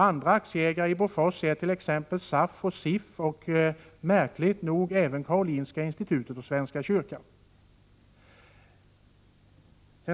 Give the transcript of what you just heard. Andra aktieägare i Bofors är tex SAF och SIF, och märkligt nog även Karolinska Institutet och Svenska Kyrkan ———.